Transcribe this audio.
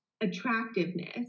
attractiveness